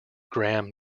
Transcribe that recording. gram